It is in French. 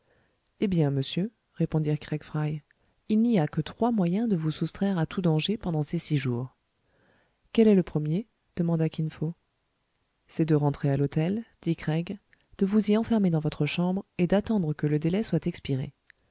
eh bien monsieur répondirent craig fry il n'y a que trois moyens de vous soustraire à tout danger pendant ces six jours quel est le premier demanda kin fo c'est de rentrer à l'hôtel dit craig de vous y enfermer dans votre chambre et d'attendre que le délai soit expiré